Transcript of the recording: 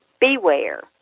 beware